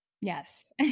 Yes